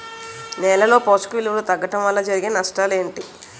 నేలలో పోషక విలువలు తగ్గడం వల్ల జరిగే నష్టాలేంటి?